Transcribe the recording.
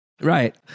Right